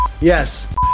Yes